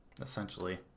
Essentially